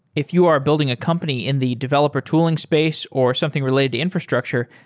if you are building a company in the developer tooling space or something related to infrastructure,